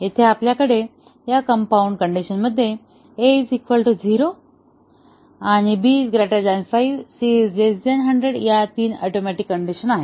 येथे आपल्याकडे या कंपाउंड कंडिशन मध्ये A 0 किंवा B 5 C 100 या तीन ऍटोमिक कण्डिशन आहेत